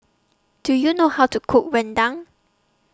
Do YOU know How to Cook Rendang